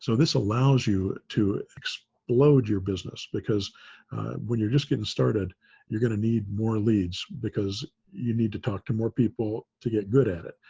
so this allows you to explode your business because when you're just getting started you're going to need more leads. because you need to talk to more people to get good at it.